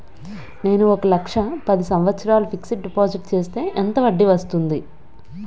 నేను ఒక లక్ష పది సంవత్సారాలు ఫిక్సడ్ డిపాజిట్ చేస్తే ఎంత వడ్డీ వస్తుంది?